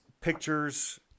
pictures